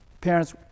parents